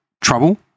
trouble